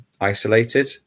isolated